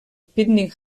pidgin